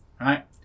Right